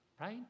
right